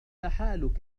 حالك